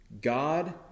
God